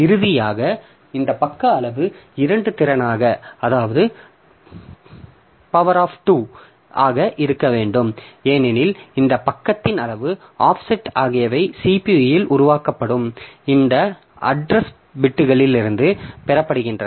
இறுதியாக இந்த பக்க அளவு பவர் ஆப் 2 இருக்க வேண்டும் ஏனெனில் இந்த பக்கத்தின் அளவு ஆஃப்செட் ஆகியவை CPU ஆல் உருவாக்கப்படும் இந்த அட்ரஸ் பிட்களிலிருந்து பெறப்படுகின்றன